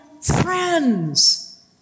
friends